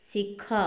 ଶିଖ